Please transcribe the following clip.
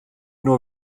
nur